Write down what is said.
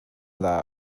dda